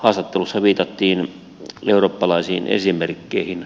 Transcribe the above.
haastattelussa viitattiin eurooppalaisiin esimerkkeihin